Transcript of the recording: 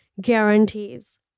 guarantees